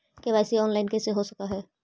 KYC online कैसे हो सक है?